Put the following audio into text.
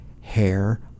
hair